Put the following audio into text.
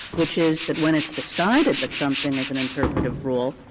which is that when it's decided that something is an interpretative rule,